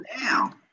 Now